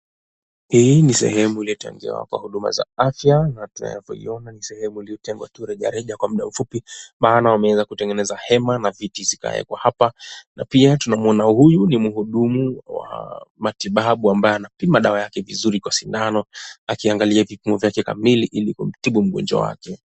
Hii ni sehemu iliyotengwa kwa huduma za afya na tunavyoiona ni sehemu iliyotengwa tu rejea rejea kwa muda mfupi. Maana wameanza kutengeneza hema na viti zikawekwa hapa. Na pia tunamuona huyu ni mhudumu wa matibabu ambaye anapima dawa yake vizuri kwa sindano akiangalia vipimo vyake kamili ili kumtibu mgonjwa wake.